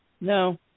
No